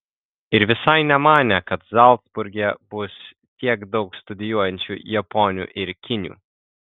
ir visai nemanė kad zalcburge bus tiek daug studijuojančių japonių ir kinių